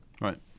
Right